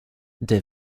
des